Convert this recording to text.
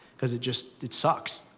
because it just it sucks.